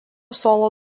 solo